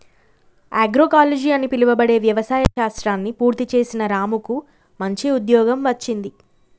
agroecology అని పిలువబడే వ్యవసాయ శాస్త్రాన్ని పూర్తి చేసిన రాముకు మంచి ఉద్యోగం వచ్చింది